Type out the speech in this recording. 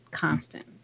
constant